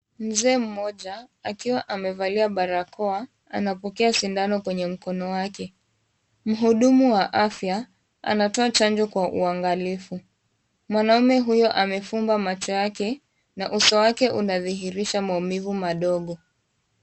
Mzee mmoja akiwa amevalia barakoa, anapokea sindano kwenye mkono wake. Muhudumu wa afya, anatoa chanjo kwa uangalifu. Mwanaume huyo amefumba macho yake, na uso wake unadhihirisha maumivu madogo.